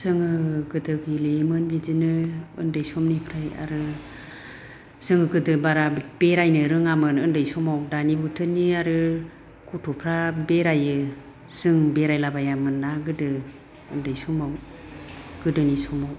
जोङो गोदो गेलेयोमोन बिदिनो उन्दै समनिफ्राय आरो जोङो गोदो बारा बेरायनो रोङामोन उन्दै समाव दानि बोथोरनि आरो गथ'फ्रा बेराययो जों बेरायला बायामोन ना गोदो उन्दै समाव गोदोनि समाव